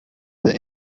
the